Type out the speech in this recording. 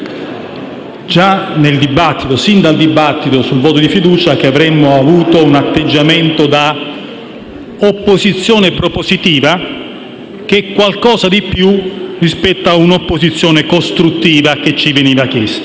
abbiamo sostenuto sin dal dibattito sul voto di fiducia che avremmo tenuto un atteggiamento da opposizione propositiva, che è qualcosa di più rispetto all'opposizione costruttiva che ci veniva chiesta.